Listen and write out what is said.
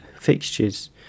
fixtures